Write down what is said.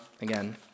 again